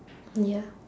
ya